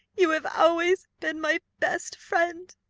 you have always been my best friend!